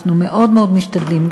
אנחנו מאוד מאוד משתדלים,